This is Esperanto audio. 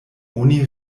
oni